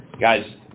guys